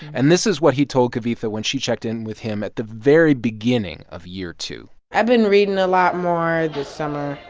and this is what he told kavitha when she checked in with him at the very beginning of year two point i've been reading a lot more this summer.